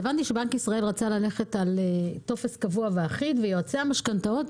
שבנק ישראל רצה ללכת על טופס קבוע אחיד ויועצי המשכנתאות